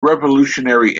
revolutionary